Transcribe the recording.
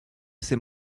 ces